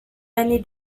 many